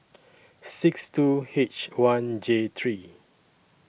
six two H one J three